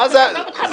עזוב אותך מהפוליטיקה.